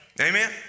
Amen